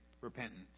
repentance